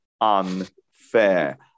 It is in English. unfair